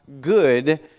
good